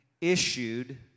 issued